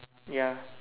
ya